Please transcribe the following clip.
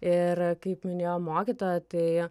ir kaip minėjo mokytoja tai